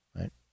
right